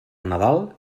nadal